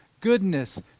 goodness